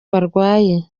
barwaye